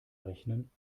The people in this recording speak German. rechnen